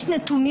יש נתונים